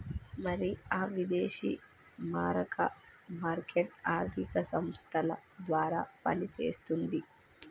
మరి ఆ విదేశీ మారక మార్కెట్ ఆర్థిక సంస్థల ద్వారా పనిచేస్తుంది